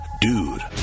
Dude